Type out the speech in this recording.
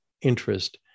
interest